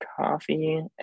coffee